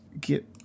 get